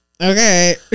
okay